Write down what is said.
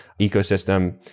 ecosystem